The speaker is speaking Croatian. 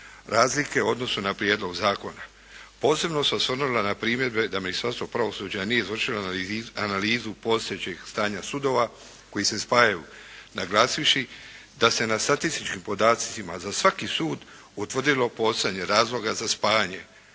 razlike u odnosu na prijedlog zakona. Posebno se osvrnula na primjedbe da Ministarstvo pravosuđa nije izvršilo analizu postojećeg stanja sudova koji se spajaju, naglasivši da se na statističkim podacima za svaki sud utvrdilo postojanje razloga za spajanje